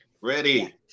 Ready